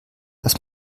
dass